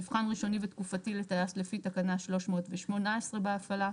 מבחן ראשוני ותקופתי לטייס לפי תקנה 318 בהפעלה.